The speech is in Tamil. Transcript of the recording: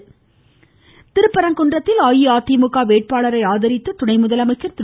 இதனிடையே திருப்பரங்குன்றத்தில் அஇஅதிமுக வேட்பாளரை ஆதரித்து துணை முதலமைச்சா் திரு